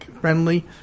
friendly